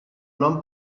nom